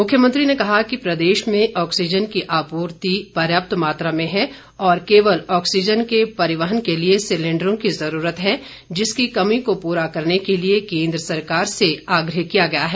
मुख्यमंत्री ने कहा कि प्रदेश में ऑक्सीन की आपूर्ति पर्याप्त मात्रा में है और केवल ऑक्सीजन के परिवहन के लिए सिलेंडरों की जरूरत है जिसकी कमी को पूरा करने के लिए केंद्र सरकार से आग्रह किया गया है